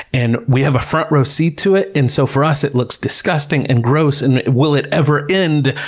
and we have a front row seat to it, and so for us it looks disgusting and gross and, will it ever end!